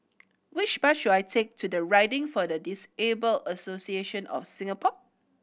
which bus should I take to Riding for the Disabled Association of Singapore